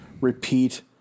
repeat